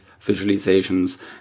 visualizations